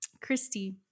Christy